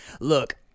look